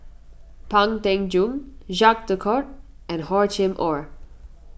Pang Teck Joon Jacques De Coutre and Hor Chim or